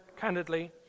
candidly